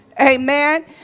Amen